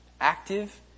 active